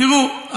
תראו,